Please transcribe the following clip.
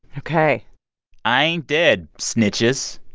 ok i ain't dead, snitches.